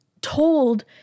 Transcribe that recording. told